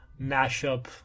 mashup